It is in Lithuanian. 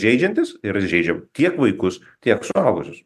žeidžiantis ir žeidžia tiek vaikus tiek suaugusius